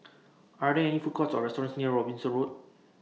Are There any Food Courts Or restaurants near Robinson Road